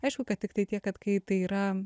aišku kad tiktai tiek kad kai tai yra